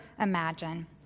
imagine